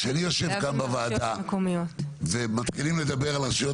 כשאני יושב כאן בוועדה ומתחילים לדבר על רשויות